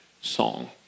song